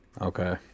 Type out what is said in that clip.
Okay